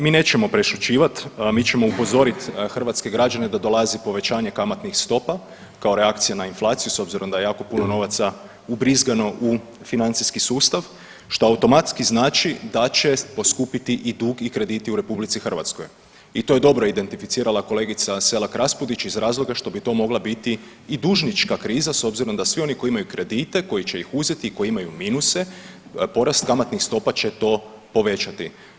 Mi nećemo prešućivat, mi ćemo upozorit hrvatske građane da dolazi povećanje kamatnih stopa kao reakcija na inflaciju s obzirom da je jako puno novaca ubrizgano u financijski sustav što automatski znači da će poskupiti i dug i krediti u RH i to je dobro identificirala kolegica Selak Raspudić iz razloga što bi to mogla biti i dužnička kriza, s obzirom da svi oni koji imaju kredite i koji će ih uzeti i koji imaju minuse porast kamatnih stopa će to povećati.